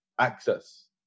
access